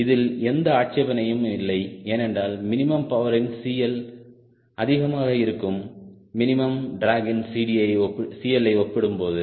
இதில் எந்த ஆட்சேபனையும் இல்லை ஏனென்றால் மினிமம் பவரின் CLஅதிகமாக இருக்கும் மினிமம் டிராகின் CLயை ஒப்பிடும்போது